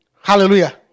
Hallelujah